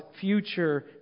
future